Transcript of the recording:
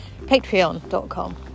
patreon.com